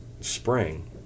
spring